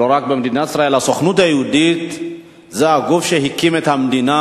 הסוכנות היהודית זה הגוף שהקים את המדינה,